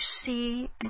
see